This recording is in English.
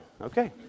Okay